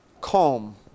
calm